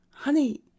honey